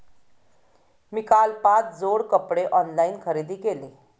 मी काल पाच जोड कपडे ऑनलाइन खरेदी केले